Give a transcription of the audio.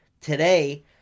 Today